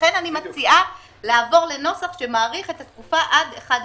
לכן אני מציעה לעבור לנוסח שמאריך את התקופה עד 1 ביולי.